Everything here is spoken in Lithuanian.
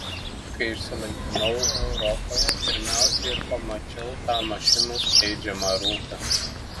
kai išsilaipinau europoje pirmiausia ir pamačiau tą mašinų skleidžiamą rūką